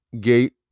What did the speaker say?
gate